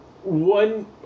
One